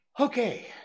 Okay